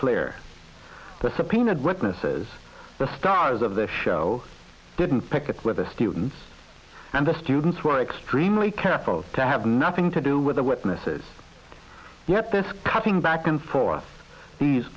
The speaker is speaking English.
clear the subpoenaed witnesses the stars of the show didn't pick it with the students and the students were extremely careful to have nothing to do with the witnesses yet this cutting back and forth these